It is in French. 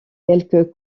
quelques